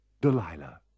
Delilah